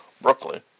Brooklyn